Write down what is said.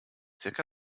zirka